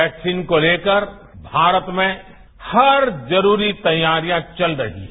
vaccine को लेकर भारत में हर जरूरी तैयारियां चल रही हैं